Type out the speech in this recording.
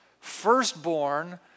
firstborn